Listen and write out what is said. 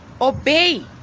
obey